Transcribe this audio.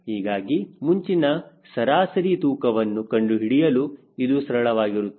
ಹೀಗಾಗಿ ಮುಂಚಿನ ಸರಾಸರಿ ತೂಕವನ್ನು ಕಂಡುಹಿಡಿಯಲು ಇದು ಸರಳವಾಗಿರುತ್ತದೆ